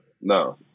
No